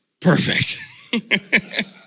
perfect